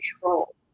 control